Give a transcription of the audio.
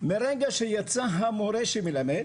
מרגע שיצא המורה שמלמד